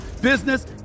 business